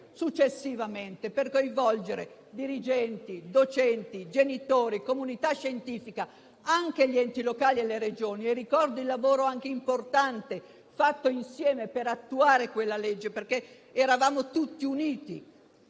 successivamente, per coinvolgere dirigenti, docenti, genitori, comunità scientifica e anche gli enti locali e le Regioni. Ricordo il lavoro importante fatto insieme per attuare quel provvedimento, perché eravamo tutti uniti